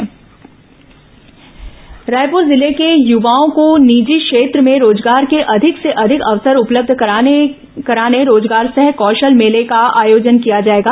कौशल मेला रायपुर जिले के युवाओं को निजी क्षेत्र में रोजगार के अधिक से अधिक अवसर उपलब्ध कराने रोजगार सह कौशल मेला का आयोजन किया जाएगा